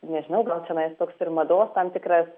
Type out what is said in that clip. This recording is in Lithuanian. nežinau gal čionais toks ir mados tam tikras